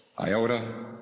iota